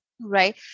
right